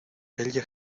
ella